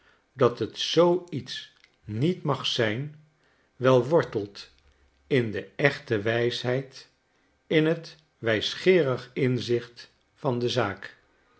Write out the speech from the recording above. dat het zoo iets niet mag zijn wel wortelt in de echte wijsheid in t wijsgeerig inzicht in de zaak